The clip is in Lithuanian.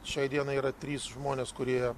šiai dienai yra trys žmonės kurie